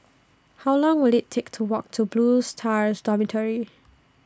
How Long Will IT Take to Walk to Blue Stars Dormitory